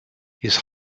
his